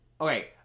okay